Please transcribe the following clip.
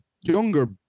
younger